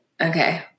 okay